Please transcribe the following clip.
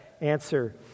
answer